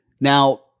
Now